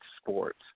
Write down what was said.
sports